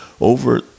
over